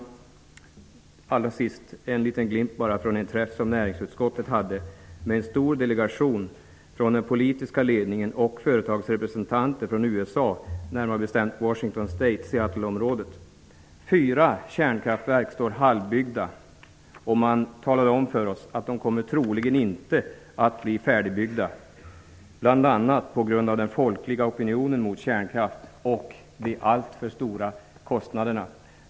Till sist en glimt från en träff som näringsutskottet hade med en stor delegation med representanter från den politiska ledningen och företagsrepresentanter från Seattleområdet i staten Fyra kärnkraftverk står där halvbyggda. Man talade om för oss att de troligen inte kommer att bli färdigbyggda, bl.a. på grund av den folkliga opinionen mot kärnkraft och de alltför höga kostnaderna.